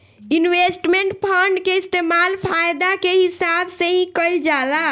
investment fund के इस्तेमाल फायदा के हिसाब से ही कईल जाला